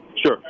Sure